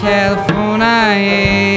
California